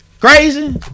Crazy